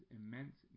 immense